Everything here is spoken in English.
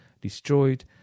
destroyed